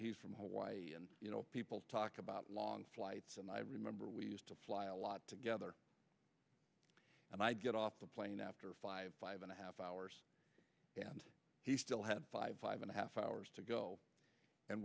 he's from hawaii and you know people talk about long flights and i remember we used to fly a lot together and i'd get off the plane after five five and a half hours and he still had five and a half hours to go and